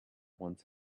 once